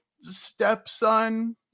stepson